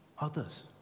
others